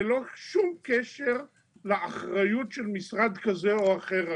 ללא שום קשר לאחריות של משרד כזה או אחר.